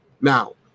Now